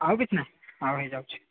ଆଉ କିଛି ନାହିଁ ଆଉ ହେଇଯାଉଛି